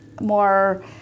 more